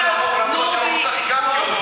באופוזיציה כולם אותו דבר.